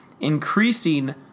increasing